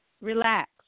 Relax